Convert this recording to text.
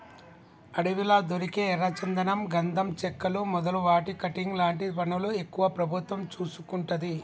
అడవిలా దొరికే ఎర్ర చందనం గంధం చెక్కలు మొదలు వాటి కటింగ్ లాంటి పనులు ఎక్కువ ప్రభుత్వం చూసుకుంటది